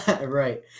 Right